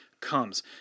comes